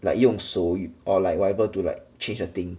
like 用手 or like whatever to like change the thing